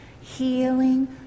healing